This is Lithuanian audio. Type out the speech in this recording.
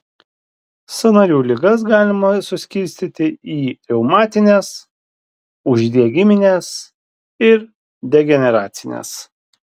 sąnarių ligas galima suskirstyti į reumatines uždegimines ir degeneracines